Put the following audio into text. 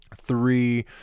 Three